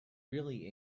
really